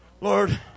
Lord